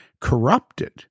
corrupted